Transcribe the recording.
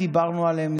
דיברנו עליהם,